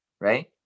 right